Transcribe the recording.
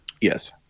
yes